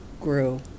grew